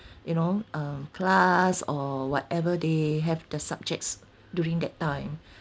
you know um class or whatever they have the subjects during that time